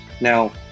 now